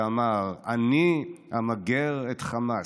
ואמר: אני אמגר את חמאס.